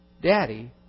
Daddy